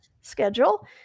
schedule